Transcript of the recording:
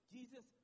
Jesus